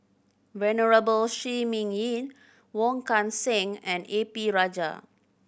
Venerable Shi Ming Yi Wong Kan Seng and A P Rajah